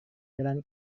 jalan